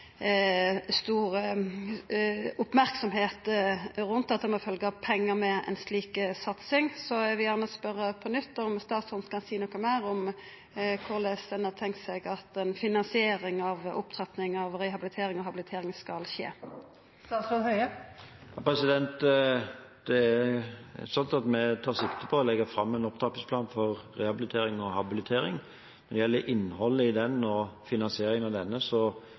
stor merksemd rundt dette at det må følgja pengar med ei slik satsing, så eg vil gjerne spørja på nytt om statsråden kan seia noko meir om korleis ein har tenkt seg at finansieringa av opptrappinga av rehabilitering og habilitering skal skje. Det er sånn at vi tar sikte på å legge fram en opptrappingsplan for rehabilitering og habilitering. Når det gjelder innholdet i den og finansiering av denne,